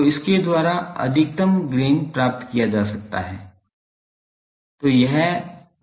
तो इसके द्वारा अधिकतम गेन प्राप्त किया जाता है